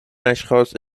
اشخاص